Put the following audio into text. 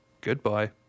goodbye